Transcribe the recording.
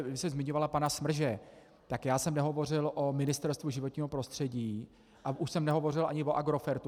Když jste zmiňovala pana Smrže, tak já jsem nehovořil o Ministerstvu životního prostředí a už jsem nehovořil ani o Agrofertu.